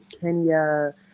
Kenya